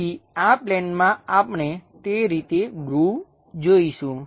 તેથી આ પ્લેનમાં આપણે તે રીતે ગ્રુવ જોઈશું